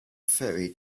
ferry